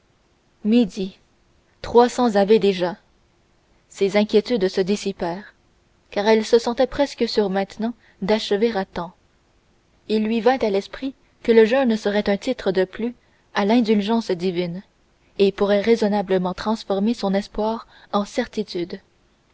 midi trois cents ave déjà ses inquiétudes se dissipèrent car elle se sentait presque sûre maintenant d'achever à temps il lui vint à l'esprit que le jeûne serait un titre de plus à l'indulgence divine et pourrait raisonnablement transformer son espoir en certitude